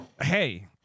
Hey